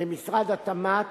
למשרד התמ"ת,